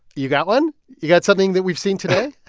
you got one? you got something that we've seen today?